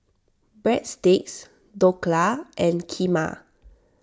Breadsticks Dhokla and Kheema